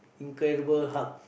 incredible hulk